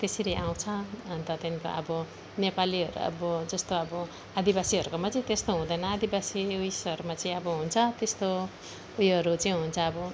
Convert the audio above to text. त्यसरी आउँछ अन्त त्यहाँदेखिन्को अब नेपालीहरू अब जस्तो अब आदिवासीहरूकोमा चाहिँ त्यस्तो हुँदैन आदिवासी उयसहरूमा चाहिँ अब हुन्छ त्यस्तो ऊ योहरू चाहिँ हुन्छ अब